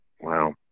Wow